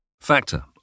Factor